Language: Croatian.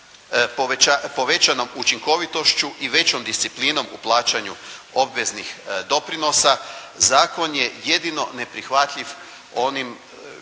povećanom učinkovitošću i većom disciplinom u plaćanju obveznih doprinosa zakon je jedino neprihvatljiv onim,